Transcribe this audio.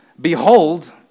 behold